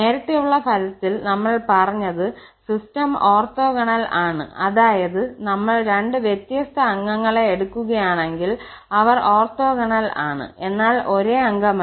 നേരത്തെയുള്ള ഫലത്തിൽ നമ്മൾ പറഞ്ഞത് സിസ്റ്റം ഓർത്തോഗണൽ ആണ് അതായത് നമ്മൾ രണ്ട് വ്യത്യസ്ത അംഗങ്ങളെ എടുക്കുകയാണെങ്കിൽ അവർ ഓർത്തോഗണൽ ആണ് എന്നാൽ ഒരേ അംഗമല്ല